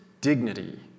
dignity